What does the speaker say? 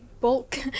bulk